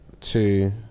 two